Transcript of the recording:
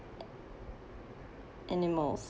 animals